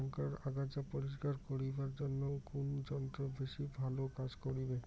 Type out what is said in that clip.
লংকার আগাছা পরিস্কার করিবার জইন্যে কুন যন্ত্র বেশি ভালো কাজ করিবে?